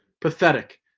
Pathetic